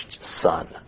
son